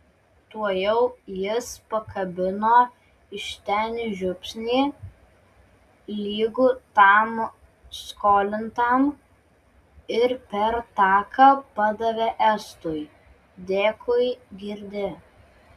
tuojau jis pakabino iš ten žiupsnį lygų tam skolintam ir per taką padavė estui dėkui girdi